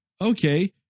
okay